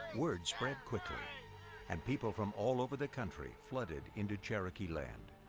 word spread quickly and people from all over the country flooded into cherokee land.